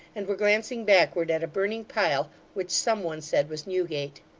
and were glancing backward at a burning pile which some one said was newgate.